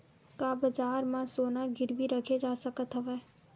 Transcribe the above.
का बजार म सोना गिरवी रखे जा सकत हवय?